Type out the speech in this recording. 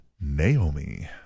Naomi